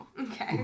Okay